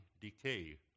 decay